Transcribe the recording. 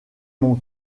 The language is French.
mon